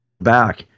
back